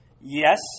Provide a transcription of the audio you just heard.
Yes